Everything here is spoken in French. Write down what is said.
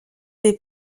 des